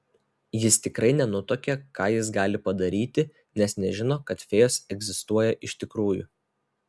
jis tikrai nenutuokė ką jis gali padaryti nes nežino kad fėjos egzistuoja iš tikrųjų